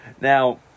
Now